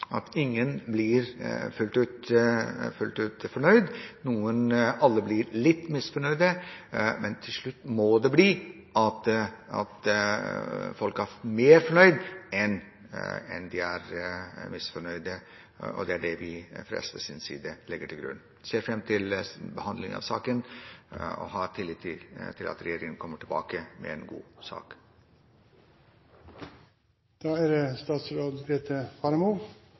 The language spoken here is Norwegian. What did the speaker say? ingen blir fullt ut fornøyde; alle blir litt misfornøyde. Men til slutt må det bli slik at folk er mer fornøyde enn misfornøyde. Det er det vi fra SVs side legger til grunn. Jeg ser fram til behandlingen og har tillit til at regjeringen kommer med en god sak. Jeg er